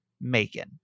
Macon